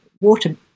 water